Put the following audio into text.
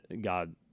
God